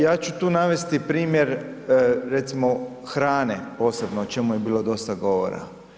Ja ću tu navesti primjer recimo hrane posebno o čemu je bilo dosta govora.